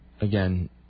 again